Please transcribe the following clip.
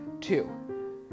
Two